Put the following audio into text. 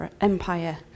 Empire